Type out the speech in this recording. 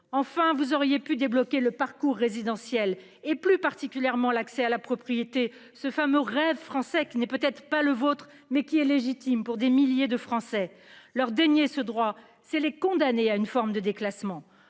Enfin, vous auriez pu débloquer le parcours résidentiel, plus particulièrement l'accès à la propriété, ce fameux « rêve français », qui n'est peut-être pas le vôtre, mais qui est légitime pour des milliers de nos compatriotes. Leur dénier ce droit revient à les condamner à une forme de déclassement.